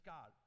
God